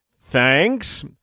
thanks